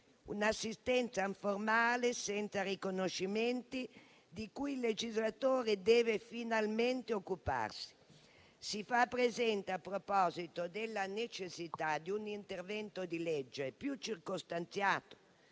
un'assistenza informale, senza riconoscimenti, di cui il legislatore deve finalmente occuparsi. Si fa presente, a proposito, la necessità di un intervento di legge più circostanziato.